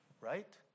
Right